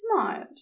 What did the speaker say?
smiled